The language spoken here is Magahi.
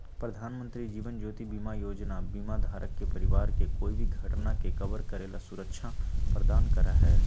प्रधानमंत्री जीवन ज्योति बीमा योजना बीमा धारक के परिवार के कोई भी घटना के कवर करे ला सुरक्षा प्रदान करा हई